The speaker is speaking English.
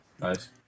Nice